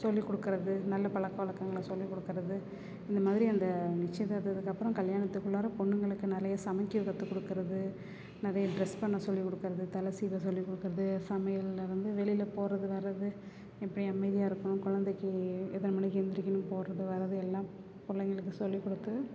சொல்லிக் கொடுக்கறது நல்ல பழக்க வழக்கங்கள சொல்லிக் கொடுக்கறது இந்த மாதிரி அந்த நிச்சியதார்த்தத்துக்கு அப்புறம் கல்யாணத்துக்குள்ளார பொண்ணுங்களுக்கு நிறைய சமைக்க கற்றுக் கொடுக்கறது நிறைய ட்ரெஸ் பண்ண சொல்லிக் கொடுக்கறது தலை சீவ சொல்லிக் கொடுக்கறது சமையலிருந்து வெளியில் போகிறது வர்றது எப்படி அமைதியாக இருக்கணும் கொழந்தைக்கி எத்தனை மணிக்கு எழுந்திரிக்கணும் போகிறது வர்றது எல்லாம் பிள்ளைங்களுக்கு சொல்லிக் கொடுத்து